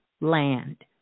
land